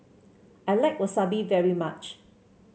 I like Wasabi very much